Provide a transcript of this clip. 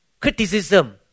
criticism